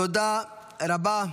תודה רבה.